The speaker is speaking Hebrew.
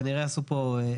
כנראה עשו פה,